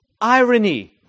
irony